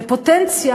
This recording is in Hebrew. בפוטנציה,